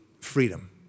freedom